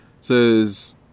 says